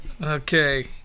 Okay